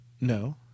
No